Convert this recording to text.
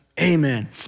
amen